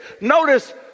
Notice